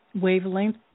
wavelength